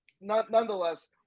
nonetheless